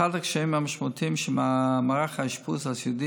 אחד הקשיים המשמעותיים שמערך האשפוז הסיעודי